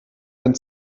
wenn